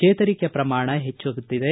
ಚೇತರಿಕೆ ಪ್ರಮಾಣ ಹೆಚ್ಚಾಗುತ್ತಿದೆ